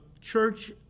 church